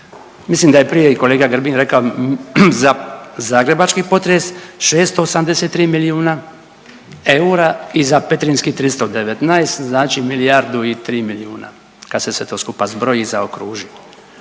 Mislim da je prije i kolega Grbin rekao, za zagrebački potres, 683 milijuna eura i za petrinjskih 319, znači milijardu i 3 milijuna kad se sve to skupa zbroji i zaokruži.